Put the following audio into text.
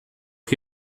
que